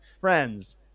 friends